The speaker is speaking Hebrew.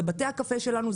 זה בתי הקפה שלנו,